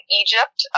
egypt